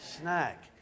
snack